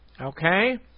okay